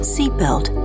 Seatbelt